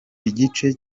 igice